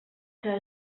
que